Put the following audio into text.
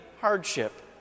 hardship